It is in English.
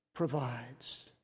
provides